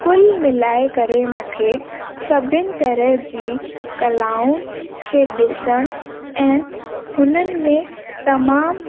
कुलु मिलाए करे मूंखे सभिनि तरह जी कलाऊं खे ॾिसणु ऐं हुननि में तमामु